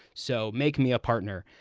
so make me a partner.